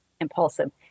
impulsive